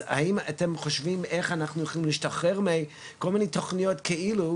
אז איך אתם חושבים שאנחנו יכולים להשתחרר מכל מיני תכניות כאילו,